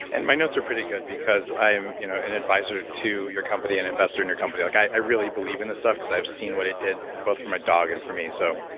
and my notes are pretty good because i am you know an advisor to your company, an and investor in your company. like i really believe in this stuff because i've seen what it did both for my dog and for me. so,